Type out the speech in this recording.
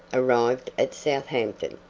arrived at southampton.